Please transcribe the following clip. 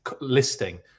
listing